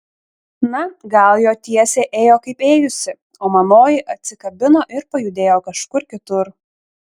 na gal jo tiesė ėjo kaip ėjusi o manoji atsikabino ir pajudėjo kažkur kitur